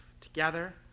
together